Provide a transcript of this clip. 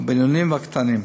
הבינוניים והקטנים.